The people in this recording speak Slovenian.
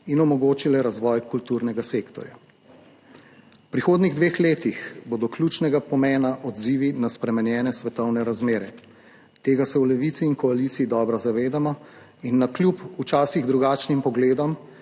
in omogočile razvoj kulturnega sektorja. V prihodnjih dveh letih bodo ključnega pomena odzivi na spremenjene svetovne razmere. Tega se v Levici in koaliciji dobro zavedamo in imamo navkljub včasih drugačnim pogledom